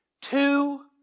Two